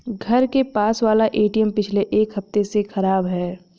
घर के पास वाला एटीएम पिछले एक हफ्ते से खराब है